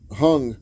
hung